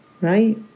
right